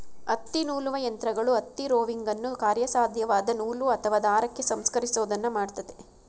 ಹತ್ತಿನೂಲುವ ಯಂತ್ರಗಳು ಹತ್ತಿ ರೋವಿಂಗನ್ನು ಕಾರ್ಯಸಾಧ್ಯವಾದ ನೂಲು ಅಥವಾ ದಾರಕ್ಕೆ ಸಂಸ್ಕರಿಸೋದನ್ನ ಮಾಡ್ತದೆ